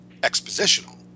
expositional